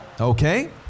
Okay